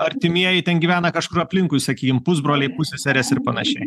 artimieji ten gyvena kažkur aplinkui sakykim pusbroliai pusseserės ir panašiai